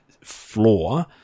floor